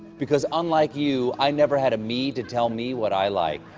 because unlike you, i never had a me to tell me what i like.